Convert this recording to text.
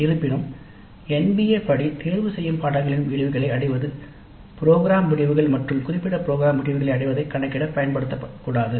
இருப்பினும் NBA படி தேர்ந்தெடுக்கப்பட்ட படிப்புகளின் முடிவுகளை அடைவது ப்ரோக்ராம் முடிவுகள் மற்றும் குறிப்பிட்ட ப்ரோக்ராம் முடிவுகளை அடைவதை கணக்கிட பயன்படுத்தப்படக்கூடாது